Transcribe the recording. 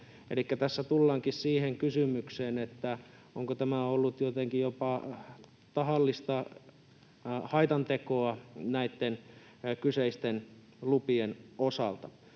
tässä tullaankin siihen kysymykseen, onko tämä ollut jotenkin jopa tahallista haitantekoa näitten kyseisten lupien osalta.